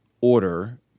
order